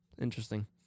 Interesting